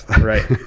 Right